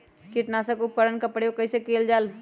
किटनाशक उपकरन का प्रयोग कइसे कियल जाल?